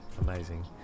Amazing